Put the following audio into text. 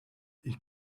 ich